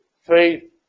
faith